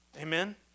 amen